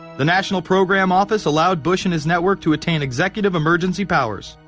the national program office allowed bush and his network. to attain executive emergency powers.